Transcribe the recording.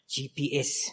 GPS